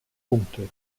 punkte